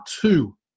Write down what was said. two